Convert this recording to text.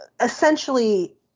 essentially